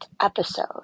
episode